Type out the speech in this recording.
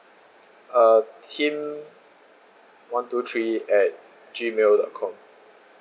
uh tim one two three at G mail dot com